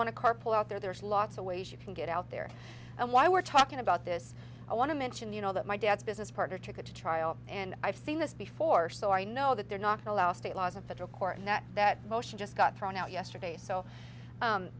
want to carpool out there there's lots of ways you can get out there and why we're talking about this i want to mention you know that my dad's business partner took it to trial and i've seen this before so i know that they're not allowed state laws of federal court that motion just got thrown out yesterday so